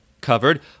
covered